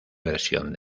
versión